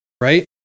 right